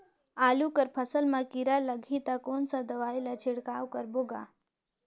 आलू कर फसल मा कीरा लगही ता कौन सा दवाई ला छिड़काव करबो गा?